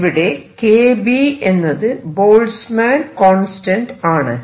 ഇവിടെ kB എന്നത് Boltzmann constant ആണ്